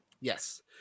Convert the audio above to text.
Yes